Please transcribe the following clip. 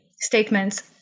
statements